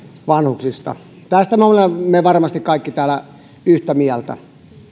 vanhuksista tästä me olemme varmasti kaikki täällä yhtä mieltä